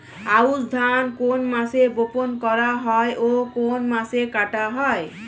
আউস ধান কোন মাসে বপন করা হয় ও কোন মাসে কাটা হয়?